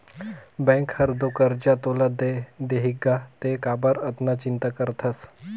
bank हर तो करजा तोला दे देहीगा तें काबर अतना चिंता करथस